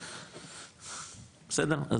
בסדר?